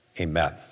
Amen